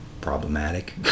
Problematic